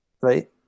Right